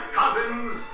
cousins